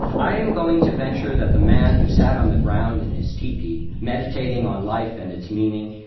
i am going to venture that the man who sat on the ground in his tipi meditating on life and its meaning,